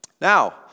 Now